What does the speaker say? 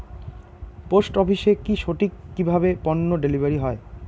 Post অফিসে কি সঠিক কিভাবে পন্য ডেলিভারি হয়?